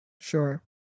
Sure